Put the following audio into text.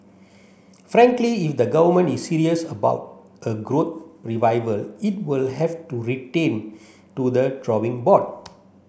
frankly if the government is serious about a growth revival it will have to retain to the drawing board